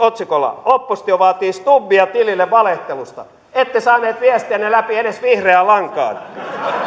otsikolla oppositio vaatii stubbia tilille valehtelusta ette saaneet viestiänne läpi edes vihreään lankaan